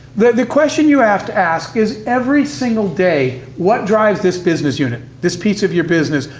the question you have to ask is, every single day, what drives this business unit? this piece of your business.